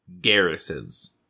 garrisons